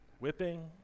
Whipping